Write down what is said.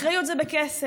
אחריות זה בכסף.